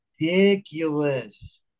ridiculous